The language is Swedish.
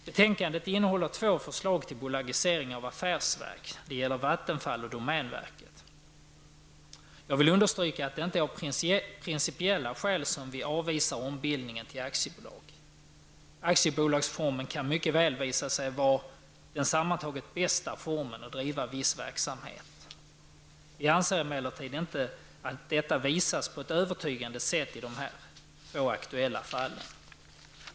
Betänkandet innehåller två förslag till bolagisering av affärsverk, nämligen Vattenfall och domänverket. Jag vill understryka att det inte är av principiella skäl som vi avvisar ombildningen till aktiebolag. Aktiebolagsformen kan mycket väl visa sig vara den sammantaget bästa formen att driva en viss verksamhet. Vi anser emellertid inte att detta visas på ett övertygande sätt i de två nu aktuella fallen.